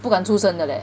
不敢出声的 leh